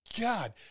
God